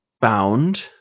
found